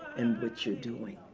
and what you're doing.